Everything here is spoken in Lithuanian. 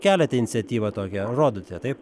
keliate iniciatyvą tokią rodote taip